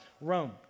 Rome